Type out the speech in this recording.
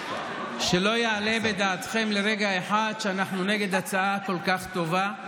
שלא יעלה בדעתכם לרגע אחד שאנחנו נגד הצעה כל כך טובה,